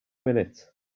minute